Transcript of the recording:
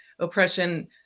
Oppression